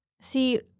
See